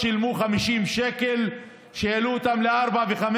שילמו 50 שקל; כשהעלו אותם ל-4 ו-5,